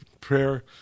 prayer